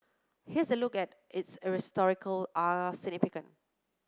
here's a look at its historical ah significance